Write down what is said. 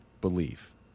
belief